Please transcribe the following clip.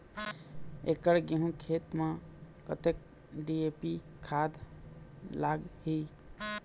एकड़ गेहूं खेत म कतक डी.ए.पी खाद लाग ही?